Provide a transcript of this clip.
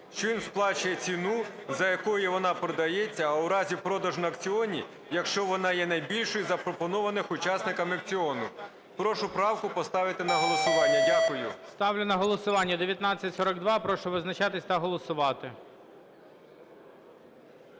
що він сплачує ціну, за якою вона продається, а в разі продажу на аукціоні – якщо вона є найбільшою із запропонованих учасниками аукціону". Прошу правку поставити на голосування. Дякую. ГОЛОВУЮЧИЙ. Ставлю на голосування 1942. Прошу визначатись та голосувати.